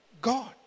God